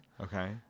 Okay